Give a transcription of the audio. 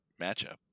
matchup